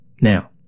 Now